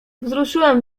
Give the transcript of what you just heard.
wzruszyłem